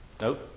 nope